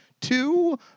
Two